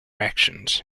actions